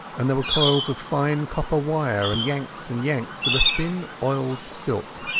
and there were coils of fine copper wire and yanks and yanks of thin oiled silk.